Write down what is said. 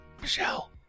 Michelle